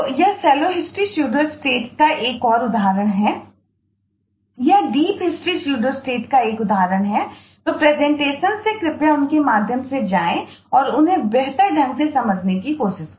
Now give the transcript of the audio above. यह shallow history pseudostates का एक और उदाहरण है यह डीप हिस्ट्री स्यूडोस्टेट्स से कृपया उनके माध्यम से जाएं और उन्हें बेहतर ढंग से समझने की कोशिश करें